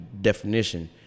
definition